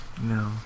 No